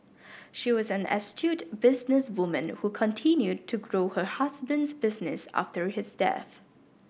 she was an astute businesswoman who continued to grow her husband's business after his death